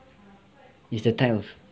is the type of